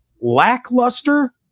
lackluster